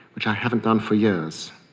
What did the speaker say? which i haven't done for years.